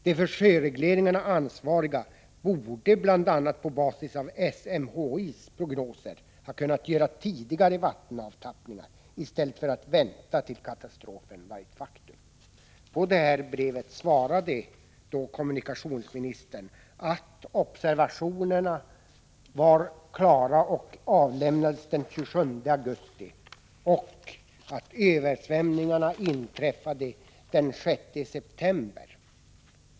De för sjöregleringarna ansvariga borde bl.a. på basis av SMHI:s prognoser ha kunnat göra tidigare vattenavtappningar i stället för att vänta till katastrofen var ett faktum.” På detta brev svarade kommunikationsministern att observationerna var klara och överlämnades den 27 augusti och att översvämningarna inträffade den 6 september.